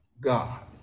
God